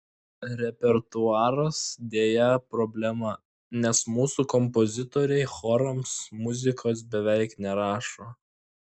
repertuaras deja problema nes mūsų kompozitoriai chorams muzikos beveik nerašo